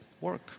work